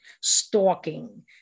stalking